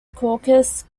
caucus